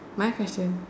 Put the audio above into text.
my question